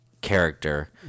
character